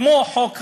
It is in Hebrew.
כמו חוק הירי,